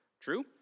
True